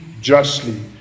justly